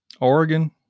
Oregon